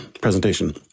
presentation